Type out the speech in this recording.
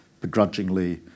begrudgingly